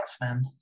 man